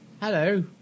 Hello